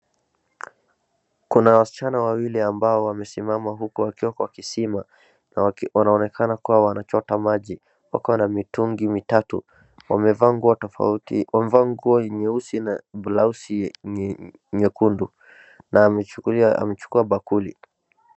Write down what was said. Kuna wasichana wawili ambao wamesimama huku wakiwa kwa kisima na wanaonekana kuwa wanachota maji wakiwa na mitungi mitatu. Wamevaa nguo tofauti, wamevaa nguo nyeusi na blausi nyekundu na amechukua bakuli.